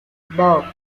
vogue